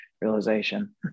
realization